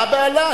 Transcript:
מה הבהלה?